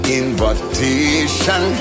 invitation